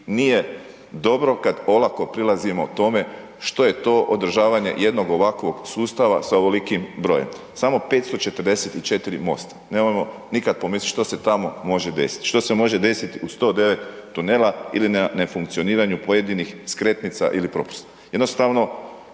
nije dobro kad olako prilazimo tome što je to održavanje jednog ovakvog sustava sa ovolikim brojem, samo 544 mosta, nemojmo nikad pomislit što se tamo može desit, što se može desit u 109 tunela ili nefunkcioniranju pojedinih skretnica ili …/Govornik